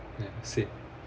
said